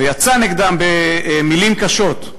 והוא יצא נגדם במילים קשות.